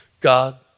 God